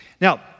Now